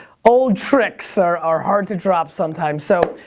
old tricks are are hard to drop sometimes. so,